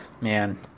Man